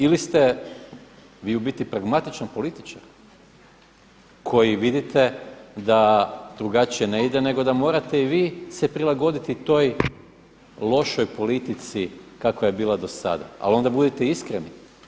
Ili ste vi u biti pragmatičan političar koji vidite da drugačije ne ide, nego da morate i vi se prilagoditi toj lošoj politici kakva je bila do sada, ali onda budite iskreni.